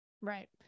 right